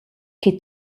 che